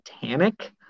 Titanic